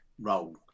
Role